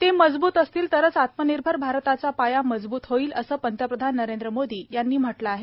ते मजबूत असतील तरच आत्मनिर्भर भारताचा पाया मजबूत होईल असं पंतप्रधान नरेंद्र मोदी यांनी म्हटलं आहे